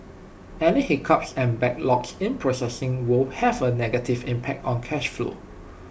any hiccups and backlogs in processing will have A negative impact on cash flow